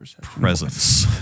presence